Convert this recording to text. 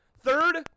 Third